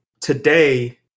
today